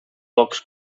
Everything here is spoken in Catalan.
pocs